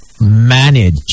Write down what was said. manage